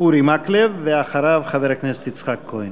אורי מקלב, ואחריו, חבר הכנסת יצחק כהן.